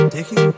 Dicky